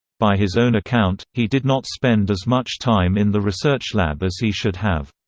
by his own account, he did not spend as much time in the research lab as he should have.